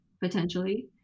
potentially